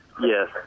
Yes